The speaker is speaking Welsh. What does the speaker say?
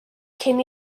cyn